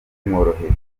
bimworoheye